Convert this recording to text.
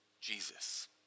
Jesus